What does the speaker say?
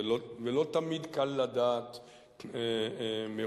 ולא תמיד קל לדעת מראש.